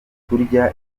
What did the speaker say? kurya